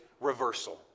reversal